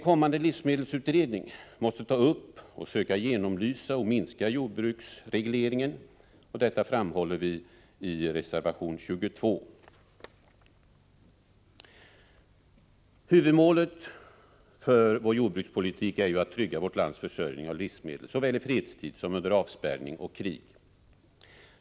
Kommande livsmedelsutredning måste ta upp och söka genomlysa och minska jordbrukets reglering. Detta framhåller vi i reservation 22. Huvudmålet för vår jordbrukspolitik är att trygga vårt lands försörjning av livsmedel, såväl i fredstid som under avspärrning och krig.